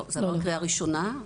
זה עבר בקריאה ראשונה.